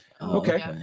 Okay